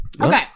Okay